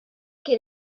kien